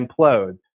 implodes